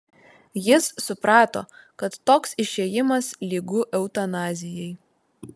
jis suprato kad toks išėjimas lygu eutanazijai